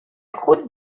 croûte